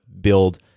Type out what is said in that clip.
build